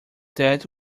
that